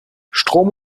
strom